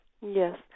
Yes